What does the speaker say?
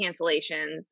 cancellations